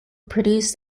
produced